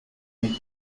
ella